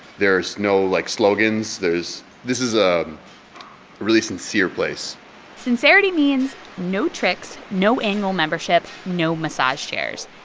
there's no, like, slogans. there's this is a really sincere place sincerity means no tricks, no annual membership, no massage chairs.